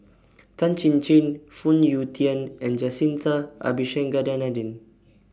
Tan Chin Chin Phoon Yew Tien and Jacintha Abisheganaden